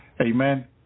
amen